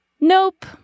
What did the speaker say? nope